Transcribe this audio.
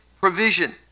provision